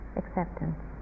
acceptance